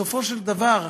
בסופו של דבר,